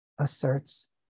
asserts